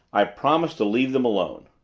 i'll promise to leave them alone.